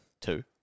two